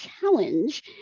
challenge